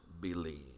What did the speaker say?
believe